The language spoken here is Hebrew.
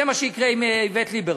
זה מה שיקרה עם איווט ליברמן.